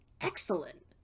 excellent